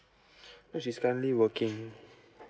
she is currently working